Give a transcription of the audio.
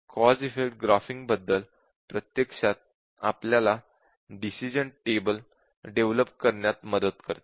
cause effect graphing पद्धत प्रत्यक्षात आपल्याला डिसीजन टेबल डेव्हलप करण्यात मदत करते